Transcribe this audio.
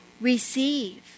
receive